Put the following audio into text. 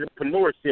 entrepreneurship